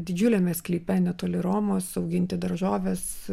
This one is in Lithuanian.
didžiuliame sklype netoli romos auginti daržoves